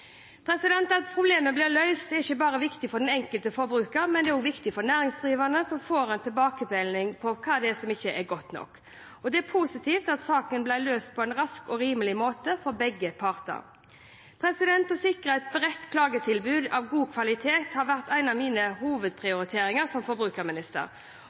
At problemer blir løst, er ikke bare viktig for den enkelte forbruker, men det er også viktig for den næringsdrivende, som får en tilbakemelding på hva som ikke er godt nok. Det er positivt at saken blir løst på en rask og rimelig måte for begge parter. Å sikre et bredt klagetilbud av god kvalitet har vært en av mine hovedprioriteringer som forbrukerminister,